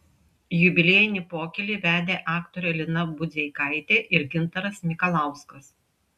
jubiliejinį pokylį vedė aktorė lina budzeikaitė ir gintaras mikalauskas